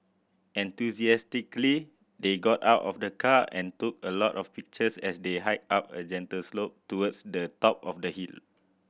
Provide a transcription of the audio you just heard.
enthusiastically they got out of the car and took a lot of pictures as they hiked up a gentle slope towards the top of the hill